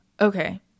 okay